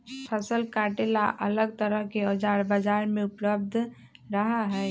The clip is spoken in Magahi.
फसल काटे ला अलग तरह के औजार बाजार में उपलब्ध रहा हई